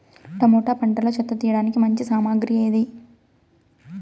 Tomato పంటలో చెత్త తీయడానికి మంచి సామగ్రి ఏది?